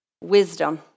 Wisdom